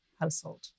household